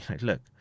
look